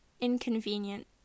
inconvenient